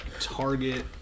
target